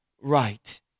right